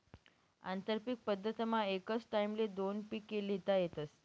आंतरपीक पद्धतमा एकच टाईमले दोन पिके ल्हेता येतस